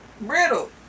brittle